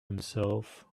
himself